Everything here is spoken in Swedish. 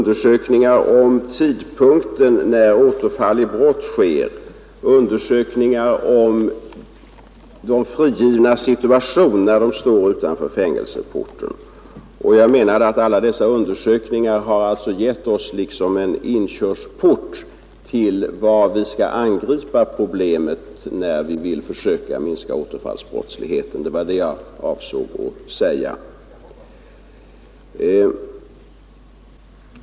Dessa har gällt tidpunkten när återfall i brott sker, de har gällt de frigivnas situation när de står utanför fängelseporten. Alla dessa undersökningar har liksom givit oss en inkörsport och anvisning om var vi skall angripa problemet med återfallsbrottsligheten. Det var detta jag avsåg att säga.